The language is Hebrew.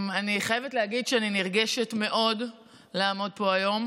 אני חייבת להגיד שאני נרגשת מאוד לעמוד פה היום,